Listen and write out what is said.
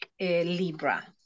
Libra